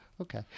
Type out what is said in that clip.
Okay